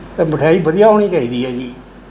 ਮਿਠਾਈ ਵਧੀਆ ਹੋਣੀ ਚਾਹੀਦੀ ਹੈ ਜੀ